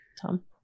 tom